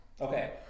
Okay